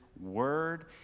word